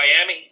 Miami